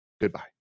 Goodbye